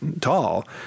tall